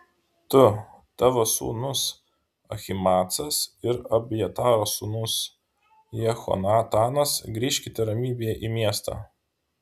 tu tavo sūnus ahimaacas ir abjataro sūnus jehonatanas grįžkite ramybėje į miestą